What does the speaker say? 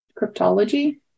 cryptology